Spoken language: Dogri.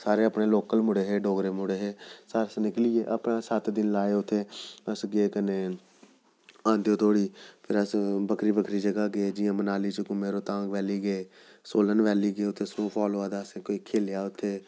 सारे अपने लोकल मुड़े हे डोगरे मुड़े हे सारे निकली गे अपने सत्त दिन लाए उत्थें अस गे कन्नै आंदे धोड़ी फिर अस बक्खरी बक्खरी जगह् गे जियां मनाली गे रोहतांग वैली गे सोलन वैली गे उत्थें सनोफाल होआ दी हा असें कोई खेलेआ उत्थें